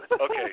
Okay